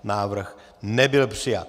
Návrh nebyl přijat.